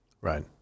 right